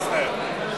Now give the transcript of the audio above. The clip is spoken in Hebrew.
מצטער.